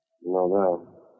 No